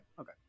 Okay